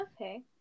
Okay